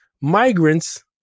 migrants